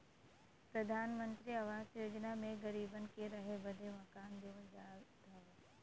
प्रधानमंत्री आवास योजना मे गरीबन के रहे बदे मकान देवल जात हौ